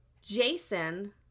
Jason